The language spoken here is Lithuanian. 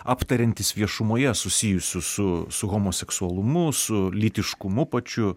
aptariantis viešumoje susijusių su homoseksualumu su lytiškumu pačiu